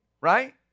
Right